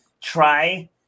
try